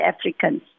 Africans